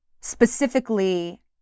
specifically